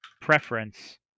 preference